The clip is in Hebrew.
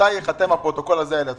מתי ייחתם הפרוטוקול הזה על ידך?